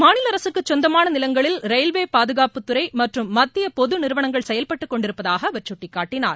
மாநில அரசுக்கு சொந்தமான நிலங்களில் ரயில்வே பாதுகாப்புத்துறை மற்றும் மத்திய பொது நிறுவனங்கள் செயல்பட்டுக் கொண்டிருப்பதாக அவர் சுட்டிக்காட்டினார்